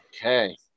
Okay